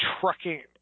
trucking